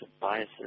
biases